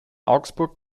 augsburg